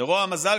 לרוע המזל,